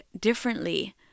differently